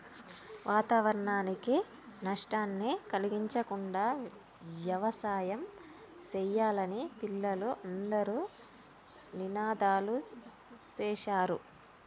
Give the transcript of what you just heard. వాతావరణానికి నష్టాన్ని కలిగించకుండా యవసాయం సెయ్యాలని పిల్లలు అందరూ నినాదాలు సేశారు